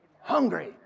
hungry